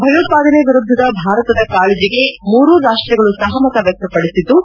ಭಯೋತ್ಪಾದನೆ ವಿರುದ್ದದ ಭಾರತದ ಕಾಳಜಿಗೆ ಮೂರೂ ರಾಷ್ಟಗಳು ಸಹಮತ ವ್ಯಕ್ತಪಡಿಸಿದ್ದು